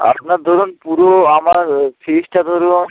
আপনার ধরুন পুরো আমার ফিসটা ধরুন